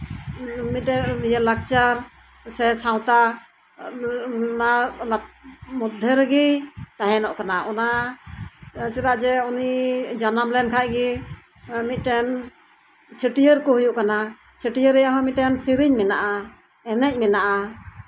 ᱢᱤᱫᱴᱮᱡ ᱞᱟᱠᱟᱨ ᱥᱮ ᱥᱟᱶᱛᱟ ᱚᱱᱟ ᱢᱚᱫᱽᱫᱷᱮ ᱨᱮᱜᱮᱭ ᱛᱟᱦᱮᱱᱚᱜ ᱠᱟᱱᱟ ᱪᱮᱫᱟᱜ ᱡᱮ ᱩᱱᱤ ᱡᱟᱱᱟᱢ ᱞᱮᱱᱠᱷᱟᱱᱜᱮ ᱪᱷᱟᱹᱴᱭᱟᱹᱨ ᱠᱚ ᱦᱩᱭᱩᱜ ᱠᱟᱱᱟ ᱪᱷᱟᱹᱴᱭᱟᱹᱨ ᱨᱮᱭᱟᱜ ᱦᱚᱸ ᱥᱮᱨᱮᱧ ᱢᱮᱱᱟᱜᱼᱟ ᱮᱱᱮᱡ ᱢᱮᱱᱟᱜᱼᱟ